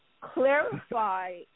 clarify